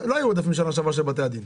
לא היו עודפים בשנה שעברה של בתי הדין.